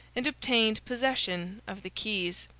and obtained possession of the keys.